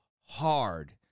hard